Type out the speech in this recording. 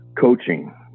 coaching